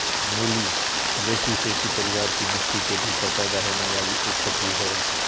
मूली ब्रैसिसेकी परिवार की मिट्टी के भीतर पैदा होने वाली एक सब्जी है